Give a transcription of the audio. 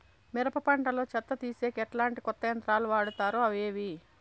మిరప పంట లో చెత్త తీసేకి ఎట్లాంటి కొత్త యంత్రాలు వాడుతారు అవి ఏవి?